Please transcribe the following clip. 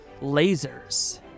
Lasers